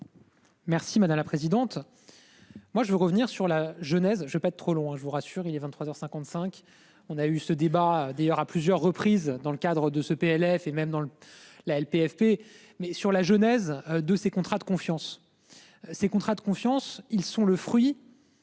Merci madame la présidente. Moi je vais revenir sur la jeunesse je pas trop long hein, je vous rassure, il est 23h 55. On a eu ce débat d'ailleurs à plusieurs reprises dans le cadre de ce PLF et même dans le. La LPFP mais sur la genèse de ces contrats de confiance. Ces contrats de confiance. Ils sont le fruit.